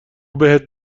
بهت